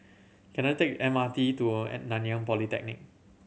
can I take M R T to Nanyang Polytechnic